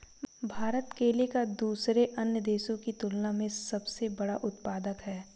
भारत केले का दूसरे अन्य देशों की तुलना में सबसे बड़ा उत्पादक है